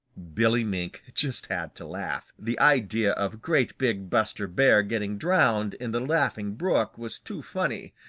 billy mink just had to laugh. the idea of great big buster bear getting drowned in the laughing brook was too funny.